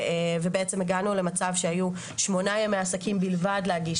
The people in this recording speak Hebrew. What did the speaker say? ובעצם הגענו למצב שהיו שמונה ימי עסקים בלבד להגיש